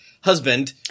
husband